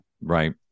Right